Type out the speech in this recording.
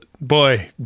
boy